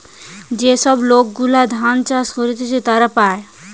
যে সব লোক গুলা ধান চাষ করতিছে তারা পায়